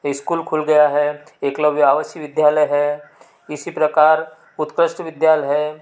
school खुल गया है एकलव्य आवासी विश्वविद्यालय है इसी प्रकार उत्कृष्ट विद्यालय है